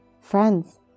Friends